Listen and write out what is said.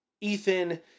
Ethan